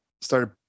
started